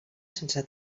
sense